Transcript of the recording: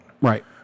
Right